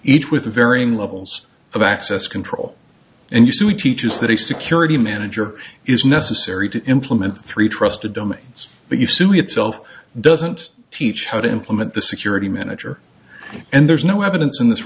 each with varying levels of access control and you see we teach is that a security manager is necessary to implement three trusted domains but you simply itself doesn't teach how to implement the security manager and there's no evidence in this